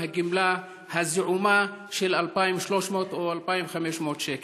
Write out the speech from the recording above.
הגמלה הזעומה של 2,300 או 2,500 שקל.